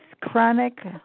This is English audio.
chronic